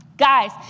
Guys